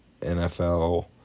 NFL